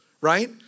right